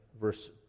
verse